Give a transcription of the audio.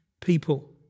people